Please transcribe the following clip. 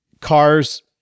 cars